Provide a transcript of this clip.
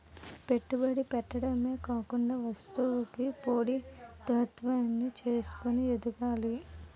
పెట్టుబడి పెట్టడమే కాకుండా వస్తువుకి పోటీ తత్వాన్ని చూసుకొని ఎదగాలి